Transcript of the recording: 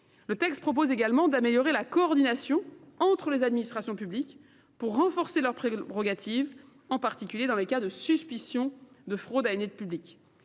Le texte vise également à améliorer la coordination entre les administrations publiques pour renforcer leurs prérogatives, en particulier dans les cas de suspicion de fraude à une aide publique.